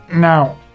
Now